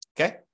Okay